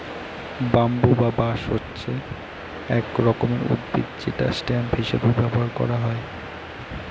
bamboo বা বাঁশ হচ্ছে এক রকমের উদ্ভিদ যেটা স্টেম হিসেবে ব্যবহার করা হয়